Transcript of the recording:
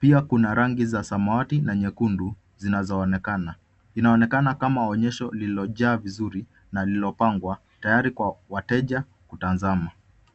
Pia kuna rangi za samawati na nyekundu zinazoonekana. Inaonekana kama onyesho lililojaa vizuri na lililopangwa tayari kwa wateja kutazama.